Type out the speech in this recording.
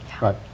right